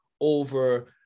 over